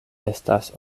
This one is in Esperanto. estas